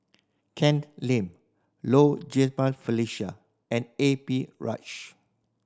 Ken Lim Low Jimenez Felicia and A P Rajah